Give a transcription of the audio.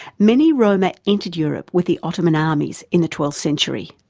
many roma entered europe with the ottoman armies in the twelfth century.